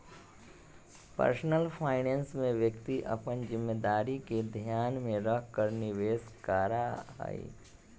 personal finance में व्यक्ति अपन जिम्मेदारी के ध्यान में रखकर निवेश करा हई